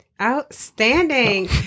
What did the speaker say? Outstanding